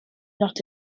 not